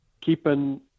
keeping